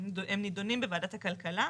הם נידונים בוועדת הכלכלה,